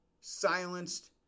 silenced